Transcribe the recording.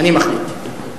אני מחליט.